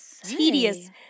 tedious